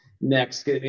next